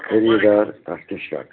خٔریٖدر تَتھ کیٛاہ شَکھ چھُ